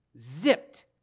zipped